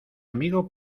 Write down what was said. amigo